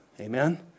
amen